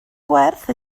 gwerth